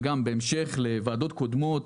וגם בהמשך לוועדות קודמות,